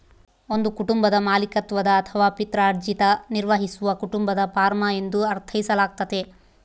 ಒಂದು ಕುಟುಂಬದ ಮಾಲೀಕತ್ವದ ಅಥವಾ ಪಿತ್ರಾರ್ಜಿತ ನಿರ್ವಹಿಸುವ ಕುಟುಂಬದ ಫಾರ್ಮ ಎಂದು ಅರ್ಥೈಸಲಾಗ್ತತೆ